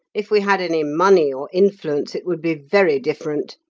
if we had any money, or influence, it would be very different.